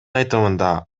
айтымында